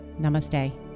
Namaste